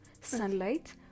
Sunlight